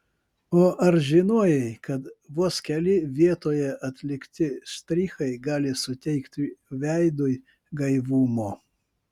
o ar žinojai kad vos keli vietoje atlikti štrichai gali suteikti veidui gaivumo